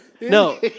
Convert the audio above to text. No